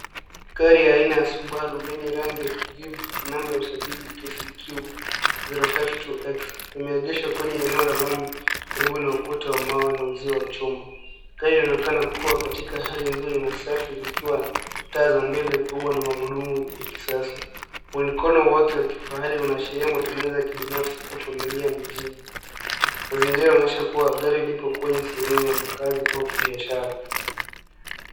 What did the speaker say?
Gari aina ya Subaru lenye rangi ya kijivu namba ya usajili KCQ 052X, imeegeshwa kwenye eneo la lami karibu na ukuta wa mawe na uzio wa chuma. Gari linaonekana kuwa katika hali nzuri na safi likiwa na taa za mbele kubwa na magurudumu ya kisasa. Kwenye mkono wake wa kifahari unaashiria matumizi ya kibinafsi au familia mjini. Mazingira yanaonyesha kuwa gari lipo kwenye sehemu ya makazi au kibiashara.